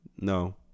no